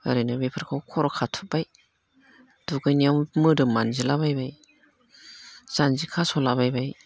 ओरैनो बेफोरखौ खर' खाथुबबाय दुगैनायाव मोदोम मान्जिला बायबाय जान्जि खास'ला बायबाय